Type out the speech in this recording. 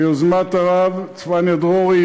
ביוזמת הרב צפניה דרורי,